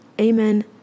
Amen